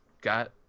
Got